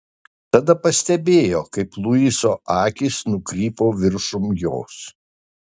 tada pastebėjo kaip luiso akys nukrypo viršum jos